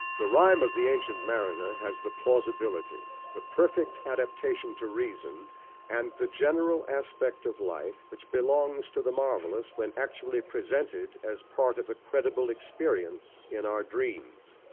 the rhyme of the ancient mariner has the plausibility, the perfect adaptation to reason and the general aspect of life, which belongs to the marvellous, when actually presented as part of a credible experience in our dreams.